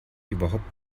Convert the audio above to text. überhaupt